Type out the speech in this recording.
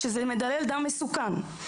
שהוא מדלל דם מסוכן.